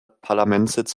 parlamentssitz